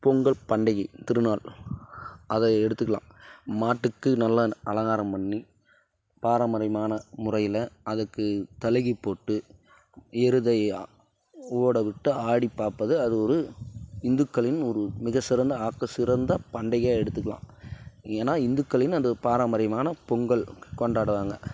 பொங்கல் பண்டிகை திருநாள் அதை எடுத்துக்கலாம் மாட்டுக்கு நல்லா அலங்காரம் பண்ணி பாரம்பரியமான முறையில் அதுக்கு தலைக்கு பொட்டு எருதை ஓடவிட்டு ஆடி பார்ப்பது அது ஒரு இந்துக்களின் ஒரு மிக சிறந்த ஆக்க சிறந்த பண்டிகையாக எடுத்துக்கலாம் ஏன்னா இந்துக்களின் அந்த பாரம்பரியமான பொங்கல் கொண்டாடுவாங்க